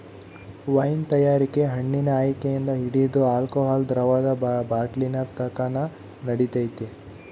wine ತಯಾರಿಕೆ ಹಣ್ಣಿನ ಆಯ್ಕೆಯಿಂದ ಹಿಡಿದು ಆಲ್ಕೋಹಾಲ್ ದ್ರವದ ಬಾಟ್ಲಿನತಕನ ನಡಿತೈತೆ